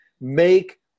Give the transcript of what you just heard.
make